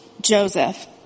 Joseph